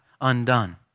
undone